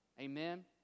Amen